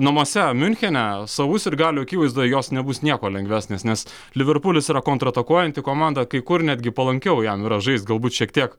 namuose miunchene savų sirgalių akivaizdoje jos nebus nieko lengvesnės nes liverpulis yra kontratakuojanti komanda kai kur netgi palankiau jam yra žaist galbūt šiek tiek